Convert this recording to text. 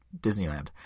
Disneyland